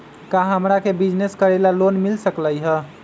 का हमरा के बिजनेस करेला लोन मिल सकलई ह?